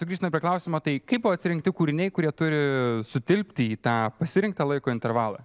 tai grįžtame prie klausimo tai kaip buvo atrinkti kūriniai kurie turi sutilpti į tą pasirinktą laiko intervalą